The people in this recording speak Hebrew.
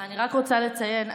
אני רק רוצה לציין,